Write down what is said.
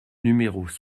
numéros